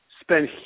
spend